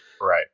Right